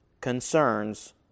concerns